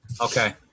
Okay